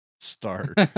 start